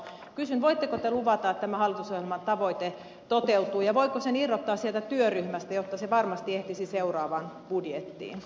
voitteko te luvata että tämä hallitusohjelman tavoite toteutuu ja voiko sen irrottaa sieltä työryhmästä jotta se varmasti ehtisi seuraavaan budjettiin